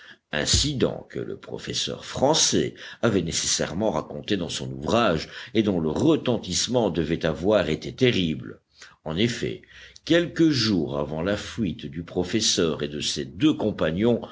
incident que le professeur français avait nécessairement raconté dans son ouvrage et dont le retentissement devait avoir été terrible en effet quelques jours avant la fuite du professeur et de ses deux compagnons